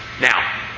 Now